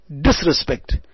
disrespect